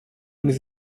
neza